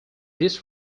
this